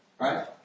Right